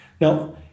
Now